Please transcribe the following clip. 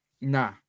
nah